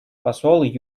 посол